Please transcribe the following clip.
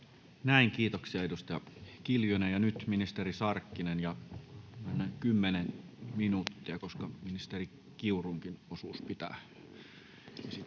Näin, kiitoksia, edustaja Kiljunen. — Ja nyt ministeri Sarkkinen. Myönnän kymmenen minuuttia, koska ministeri Kiurunkin osuus pitää esitellä.